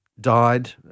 died